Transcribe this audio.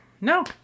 No